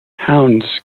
hounds